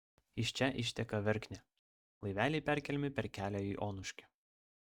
iš čia išteka verknė laiveliai perkeliami per kelią į onuškį